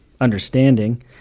understanding